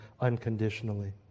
Unconditionally